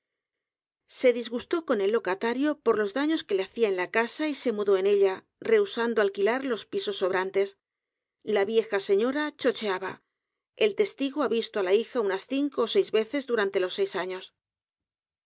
e disgustó con el locatario por los daños que le hacía en la casa y se mudó en ella rehusando alquilar los pisos sobrantes la vieja señora chocheaba el testigo ha visto á la hija unas cinco ó seis veces durante los seis años